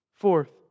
Fourth